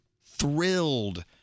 thrilled